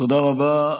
תודה רבה.